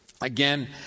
again